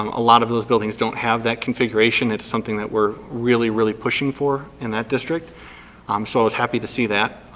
um a lot of those buildings don't have that configuration. it's something that we're really, really pushing for in that district um so i was happy to see that.